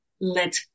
let